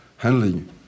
handling